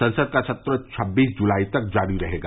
संसद का सत्र छब्बीस जुलाई तक जारी रहेगा